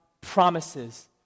promises